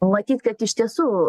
matyt kad iš tiesų